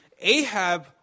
Ahab